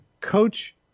coach